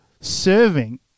serving